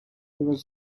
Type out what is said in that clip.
was